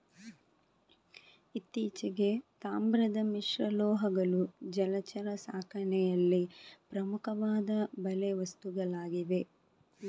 ಇತ್ತೀಚೆಗೆ, ತಾಮ್ರದ ಮಿಶ್ರಲೋಹಗಳು ಜಲಚರ ಸಾಕಣೆಯಲ್ಲಿ ಪ್ರಮುಖವಾದ ಬಲೆ ವಸ್ತುಗಳಾಗಿವೆ